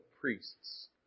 priests